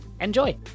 Enjoy